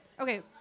Okay